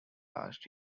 last